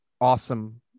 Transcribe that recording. awesome